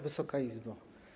Wysoka Izbo!